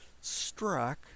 struck